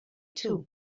too